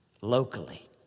locally